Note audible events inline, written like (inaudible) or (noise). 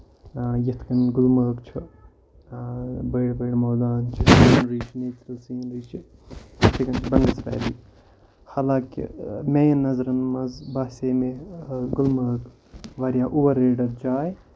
یِتھ کٔنۍ گُلمَرگ چھُ بٔڑ بٔڑ مٲدان چھِ سیٖنری چھِ (unintelligible) یتھے کٔنۍ چھِ بنگس ویلی حالنکہِ میٲن نظرن منٛز باسیے مےٚ گُلمَرٕگ واریاہ اوٚور ریڈر جاے